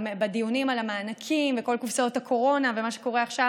בדיונים על המענקים וכל קופסאות הקורונה ומה שקורה עכשיו